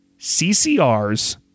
CCR's